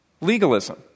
legalism